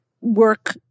work